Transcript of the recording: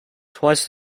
twice